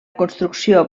construcció